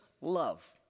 Love